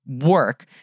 work